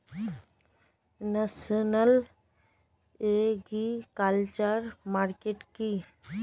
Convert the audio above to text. National agriculture market কি?